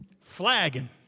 flagging